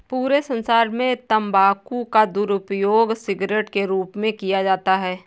पूरे संसार में तम्बाकू का दुरूपयोग सिगरेट के रूप में किया जाता है